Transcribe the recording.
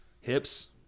Hips